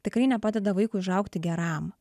tikrai nepadeda vaikui užaugti geram